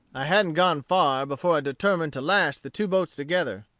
i hadn't gone far before i determined to lash the two boats together.